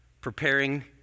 preparing